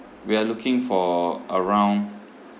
we are looking for around